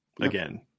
again